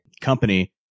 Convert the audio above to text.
company